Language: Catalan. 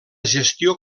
gestió